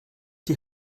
die